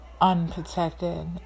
unprotected